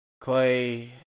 Clay